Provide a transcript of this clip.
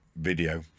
video